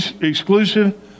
exclusive